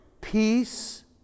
Peace